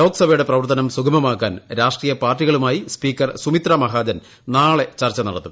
ലോകസഭയുടെ പ്രവർത്തനം സുഗമമാക്കാൻ രാഷ്ട്രീയ പാർട്ടികളുമായി സ്പീക്കർ സുമിത്രമഹാജൻ നാളെ ചർച്ച നടത്തും